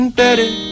better